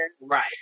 Right